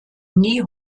nie